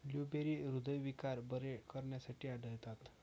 blueberry हृदयविकार बरे करण्यासाठी आढळतात